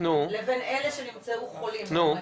לבין אלה שנמצאו חולים מאומתים,